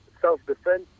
self-defense